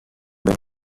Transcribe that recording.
many